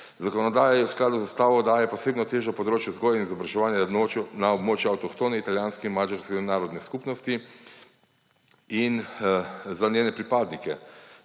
Zakonodaja v skladu z ustavo daje posebno težo področju vzgoje in izobraževanja na območju avtohtone italijanske in madžarske narodne skupnosti in za njene pripadnike.